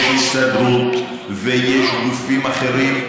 יש הסתדרות ויש גופים אחרים.